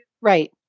right